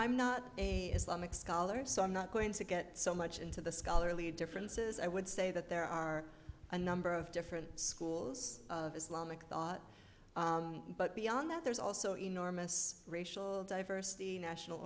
i'm not a islamic scholar so i'm not going to get so much into the scholarly differences i would say that there are a number of different schools of islamic thought but beyond that there's also enormous racial diversity national